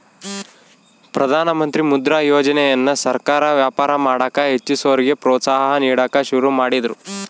ಪ್ರಧಾನಮಂತ್ರಿ ಮುದ್ರಾ ಯೋಜನೆಯನ್ನ ಸರ್ಕಾರ ವ್ಯಾಪಾರ ಮಾಡಕ ಇಚ್ಚಿಸೋರಿಗೆ ಪ್ರೋತ್ಸಾಹ ನೀಡಕ ಶುರು ಮಾಡಿದ್ರು